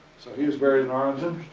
so he is buried in arlington.